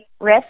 risk